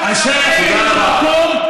תודה רבה.